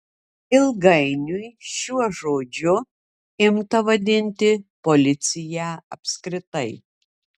ilgainiui šiuo žodžiu imta vadinti policiją apskritai